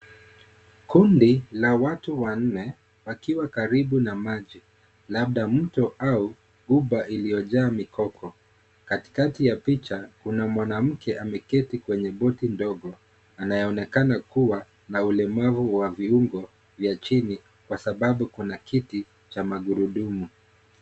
Kundi la watu wanne wakiwa karibu na maji, labda mto au gunda iliyojaa migogo. Katikati ya picha kuna mwanamke ameketi kwenye boti ndogo. anaoneka kuwa na ulemavu wa viuongo vya chini kwa sababu kuna kiti cha magurudumu.